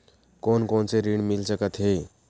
कोन कोन से ऋण मिल सकत हे?